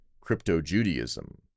crypto-Judaism